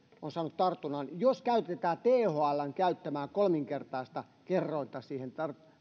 on saanut tartunnan jos käytetään thln käyttämää kolminkertaista kerrointa siihen